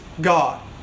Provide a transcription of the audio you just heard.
God